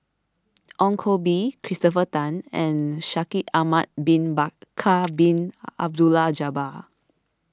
Ong Koh Bee Christopher Tan and Shaikh Ahmad Bin Bakar Bin Abdullah Jabbar